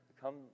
come